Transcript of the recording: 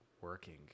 working